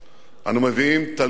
אנו מביאים תלמידים,